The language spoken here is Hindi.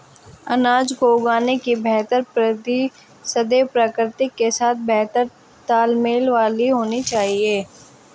अनाज को उगाने की बेहतर प्रविधि सदैव प्रकृति के साथ बेहतर तालमेल वाली होनी चाहिए